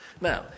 Now